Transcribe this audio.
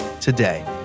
today